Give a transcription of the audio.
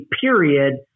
period